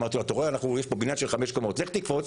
אמרתי לו: יש פה בניין בן חמש קומות, לך תקפוץ.